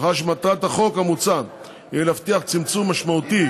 מאחר שמטרת החוק המוצע היא להבטיח צמצום משמעותי